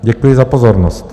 Děkuji za pozornost.